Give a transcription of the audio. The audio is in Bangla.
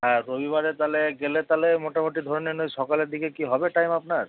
হ্যাঁ রবিবারে তাহলে গেলে তালে মোটামুটি ধরে নিন ঐ সকালের দিকে কি হবে টাইম আপনার